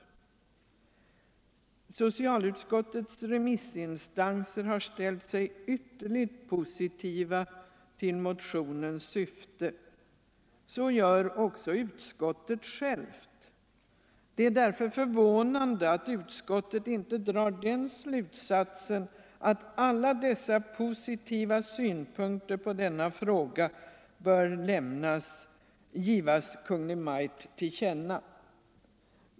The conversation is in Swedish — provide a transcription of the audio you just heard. De remissinstanser som socialutskottet inhämtat yttrande från har ställt sig ytterligt positiva till motionens syfte. Så gör också utskottet självt. Det är därför förvånande att utskottet inte drar den slutsatsen att alla dessa positiva synpunkter på denna fråga bör ges Kungl. Maj:t till känna.